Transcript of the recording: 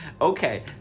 okay